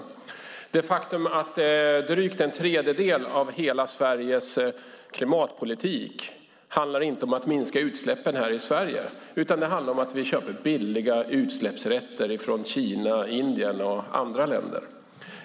Det är ett faktum att drygt en tredjedel av hela Sveriges klimatpolitik inte handlar om att minska utsläppen här i Sverige utan handlar om att vi köper billiga utsläppsrätter från Kina, Indien och andra länder.